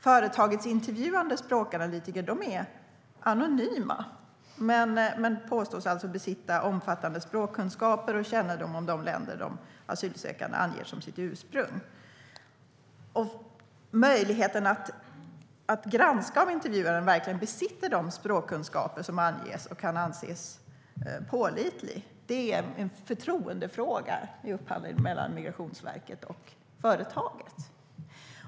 Företagets intervjuande språkanalytiker är anonyma men påstås alltså besitta omfattande språkkunskaper och kännedom om de länder som de asylsökande anger som ursprung. Och om intervjuaren kan anses vara pålitlig och verkligen besitta de språkkunskaper som anges är en förtroendefråga i upphandlingen mellan Migrationsverket och företaget.